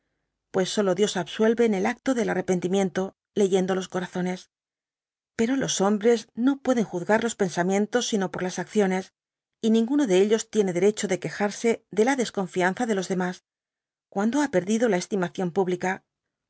pues solo dios disuelve en el acto del arrepentimiento y leyendo los corazones pero los hombres no pueden juzgar los pensamientos sinopw las acciones y ningimo de ellos tiene derecho de quejarse de la desconfianza de los demás cuando ha perdido la estimación pública